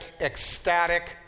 ecstatic